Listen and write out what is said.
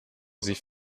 sich